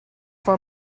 for